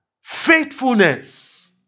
faithfulness